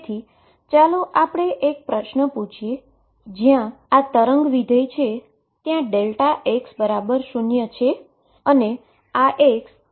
તેથી ચાલો આપણે એક પ્રશ્ન પૂછીએ જ્યા આ વેવ ફંક્શન છે ત્યાં x0 છે